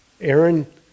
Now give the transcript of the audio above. Aaron